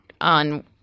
on